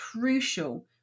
crucial